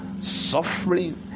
suffering